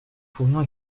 pourrions